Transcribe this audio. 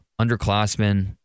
underclassmen